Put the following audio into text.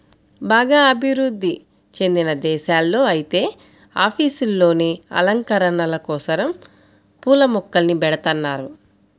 బాగా అభివృధ్ధి చెందిన దేశాల్లో ఐతే ఆఫీసుల్లోనే అలంకరణల కోసరం పూల మొక్కల్ని బెడతన్నారు